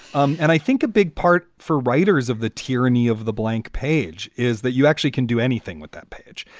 um and i think a big part for writers of the tyranny of the blank page is that you actually can do anything with that page.